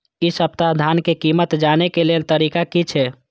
इ सप्ताह धान के कीमत जाने के लेल तरीका की छे?